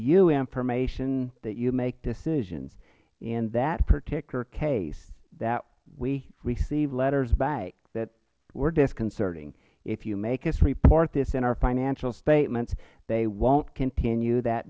you information that you make decisions in that particular case we received letters back that were disconcerting if you make us report this in our financial statements they wont continue that